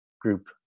group